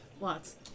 Lots